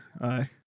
aye